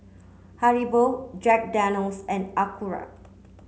Haribo Jack Daniel's and